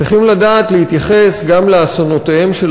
צריכים לדעת להתייחס גם לאסונותיהם של